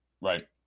Right